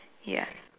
ya